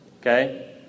Okay